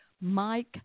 Mike